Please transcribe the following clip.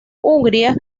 hungría